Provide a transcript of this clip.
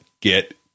get